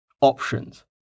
options